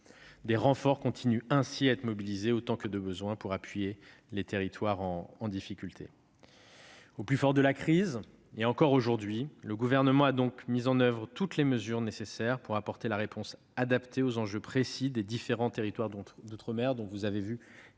Des renforts continuent ainsi à être mobilisés autant que de besoin pour appuyer les territoires en difficulté. Au plus fort de la crise, et encore aujourd'hui, le Gouvernement a donc mis en oeuvre toutes les mesures nécessaires pour apporter la réponse adaptée aux enjeux précis des différents territoires d'outre-mer, avec leurs spécificités.